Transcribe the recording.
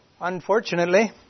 Unfortunately